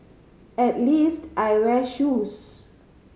at least I wear shoes